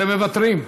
אתם מוותרים.